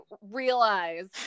realize